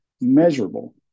measurable